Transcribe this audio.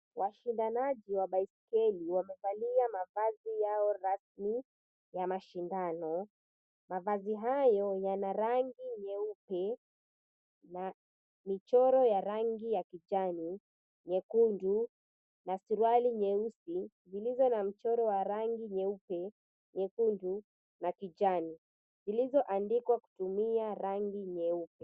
Washindanao juu ya baiskeli wamevalia mavazi yao rasmi ya mashindano, mavazi hayo yana rangi nyeupe na michoro ya rangi ya kijani, nyekundu na suruali nyeusi zilizo na mchoro wa rangi nyeupe, nyekundu na kijani zilizoandikwa kwa kutumia rangi nyeupe.